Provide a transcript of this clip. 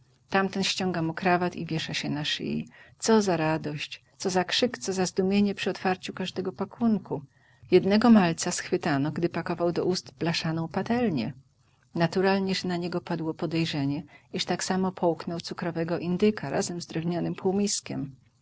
tamten ściąga mu krawat i wiesza się na szyi co za radość co za krzyk co za zdumienie przy otwarciu każdego pakunku jednego malca schwytano gdy pakował do ust blaszaną patelnię naturalnie że na niego padło podejrzenie iż tak samo połknął cukrowego indyka razem z drewnianym